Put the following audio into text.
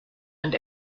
and